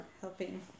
Helping